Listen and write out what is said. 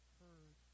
heard